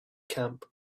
camp